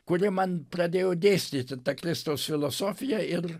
kuri man pradėjo dėstyti tą kristaus filosofiją ir